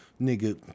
nigga